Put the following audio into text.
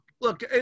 look